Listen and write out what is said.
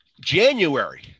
January